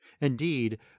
Indeed